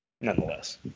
nonetheless